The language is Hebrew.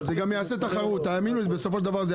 זה גם יעשה תחרות בסופו של דבר.